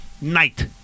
night